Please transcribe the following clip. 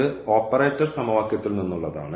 ഇത് ഓപ്പറേറ്റർ സമവാക്യത്തിൽ നിന്നുള്ളതാണ്